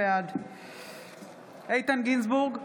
בעד איתן גינזבורג,